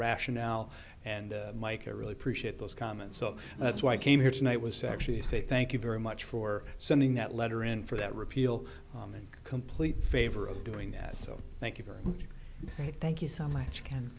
rationale and mike i really appreciate those comments so that's why i came here tonight was actually say thank you very much for sending that letter in for that repeal and complete favor of doing that so thank you very thank you so much can